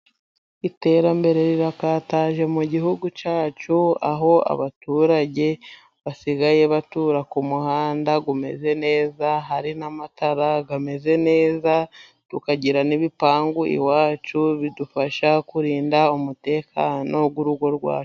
iterambere rirakataje mu gihugu cyacu aho abaturage basigaye batura ku muhanda umeze neza, hari n'amatara ameze neza, tukagira n'ibipangu iwacu bidufasha kurinda umutekano w'urugo rwacu.